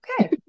okay